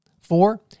Four